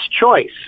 choice